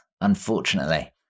unfortunately